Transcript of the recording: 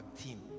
team